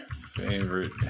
favorite